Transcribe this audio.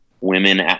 women